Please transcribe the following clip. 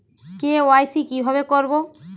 KYC কিভাবে করব?